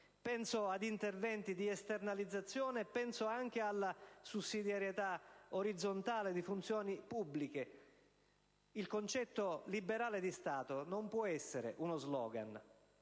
Penso ad interventi di esternalizzazione e penso anche alla sussidiarietà orizzontale di funzioni pubbliche. Il concetto liberale di Stato non può essere uno slogan,